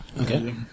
Okay